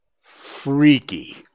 freaky